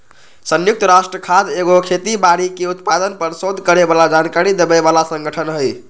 संयुक्त राष्ट्र खाद्य एगो खेती बाड़ी के उत्पादन पर सोध करे बला जानकारी देबय बला सँगठन हइ